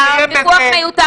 הוויכוח מיותר,